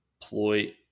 deploy